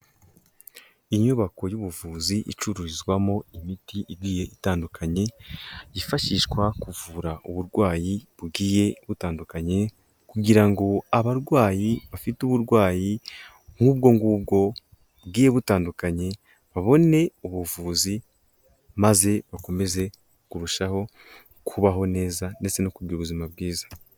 Inyubako y'ubuvuzi icururizwamo imiti igiye itandukanye, yifashishwa kuvura uburwayi bugiye butandukanye kugira ngo abarwayi bafite uburwayi nk'ubwo ngubwo bugiye butandukanye, babone ubuvuzi maze bakomeze kurushaho kubaho neza ndetse no kugira ubuzima bwiza.